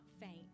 faint